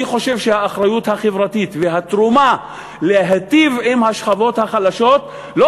אני חושב שהאחריות החברתית והתרומה להיטיב עם השכבות החלשות לא